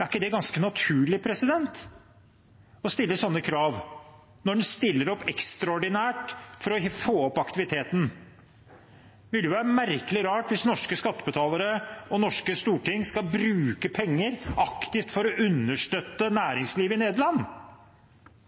er det ikke ganske naturlig å stille sånne krav når man stiller opp ekstraordinært for å få opp aktiviteten? Det ville jo være merkelig rart hvis norske skattebetalere og det norske storting skal bruke penger aktivt for å understøtte